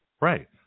Right